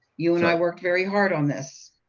you and i worked very hard on this,